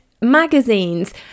magazines